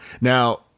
Now